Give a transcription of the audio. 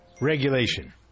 regulation